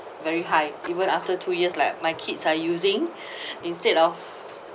very high even after two years like my kids are using instead of